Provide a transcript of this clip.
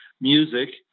music